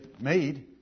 made